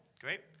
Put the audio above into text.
Great